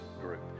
group